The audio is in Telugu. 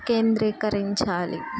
కేంద్రీకరించాలి